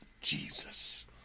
Jesus